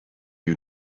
you